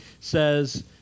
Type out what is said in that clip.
says